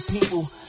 people